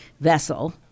vessel